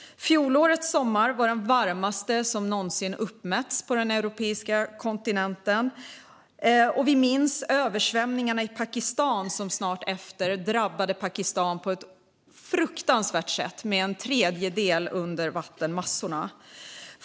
Fjolårets sommar var den varmaste som någonsin uppmätts på den europeiska kontinenten. Vi minns hur översvämningar drabbade Pakistan på ett fruktansvärt sätt då en tredjedel av landet hamnade under vattenmassorna.